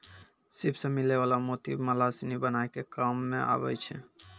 सिप सें मिलै वला मोती माला सिनी बनाय के काम में आबै छै